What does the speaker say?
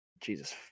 Jesus